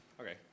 Okay